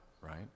right